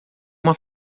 uma